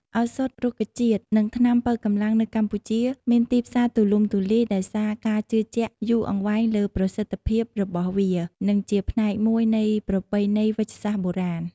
ឱសថរុក្ខជាតិ និងថ្នាំប៉ូវកម្លាំងនៅកម្ពុជាមានទីផ្សារទូលំទូលាយ ដោយសារការជឿជាក់យូរអង្វែងលើប្រសិទ្ធភាពរបស់វា និងជាផ្នែកមួយនៃប្រពៃណីវេជ្ជសាស្ត្របុរាណ។